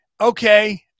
okay